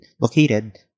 located